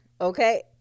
Okay